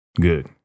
Good